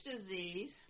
disease